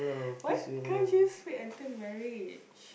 why can't you just wait until marriage